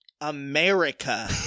America